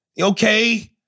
Okay